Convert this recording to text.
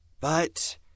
But